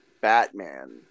Batman